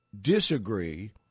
disagree